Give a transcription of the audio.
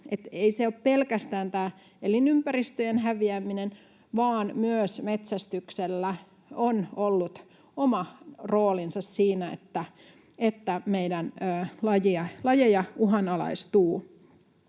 ole pelkästään tämä elinympäristöjen häviäminen, vaan myös metsästyksellä on ollut oma roolinsa siinä, että meidän lajeja uhanalaistuu.